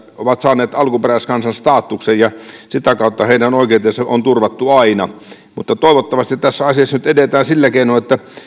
ovat saaneet alkuperäiskansan statuksen ja sitä kautta heidän oikeutensa on turvattu aina mutta toivottavasti tässä asiassa nyt edetään sillä keinoin että